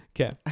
Okay